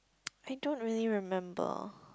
I don't really remember